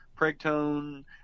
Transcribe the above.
preg-tone